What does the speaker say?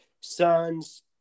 sons